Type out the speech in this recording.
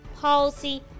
policy